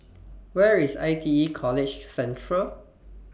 Where IS I T E College Central